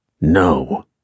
No